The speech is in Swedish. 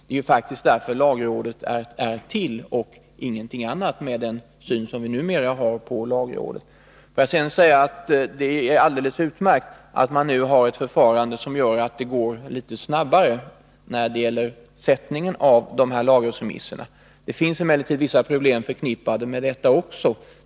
Det är faktiskt därför lagrådet är till och inte för något annat med den syn som vi numera har på lagrådet. Det är alldeles utmärkt att man nu har ett förfarande som gör att tryckframställningen av lagrådsremisserna går litet snabbare. Det finns emellertid vissa problem förknippade också med detta.